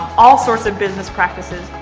all sorts of business practices.